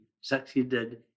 succeeded